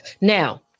Now